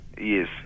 Yes